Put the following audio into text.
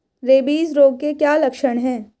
Rabies रोग के क्या लक्षण है?